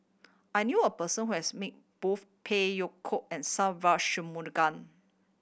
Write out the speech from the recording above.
I knew a person who has meet both Phey Yew Kok and Sa Va